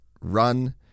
run